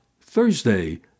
Thursday